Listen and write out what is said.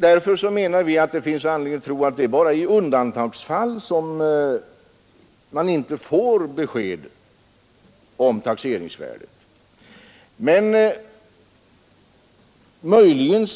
Det finns därför anledning att tro att det bara är i undantagsfall som fastighetsägaren inte får besked om det slutliga taxeringsvärdet. Möjligen